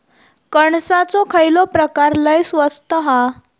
कणसाचो खयलो प्रकार लय स्वस्त हा?